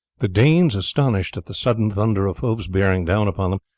the danes, astonished at the sudden thunder of hoofs bearing down upon them,